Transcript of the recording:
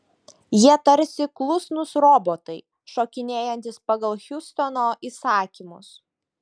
jie tarsi klusnūs robotai šokinėjantys pagal hiustono įsakymus